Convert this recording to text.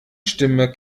stimme